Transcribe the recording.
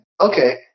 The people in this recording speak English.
Okay